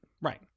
Right